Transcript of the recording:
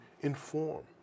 inform